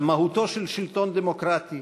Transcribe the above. על מהותו של שלטון דמוקרטי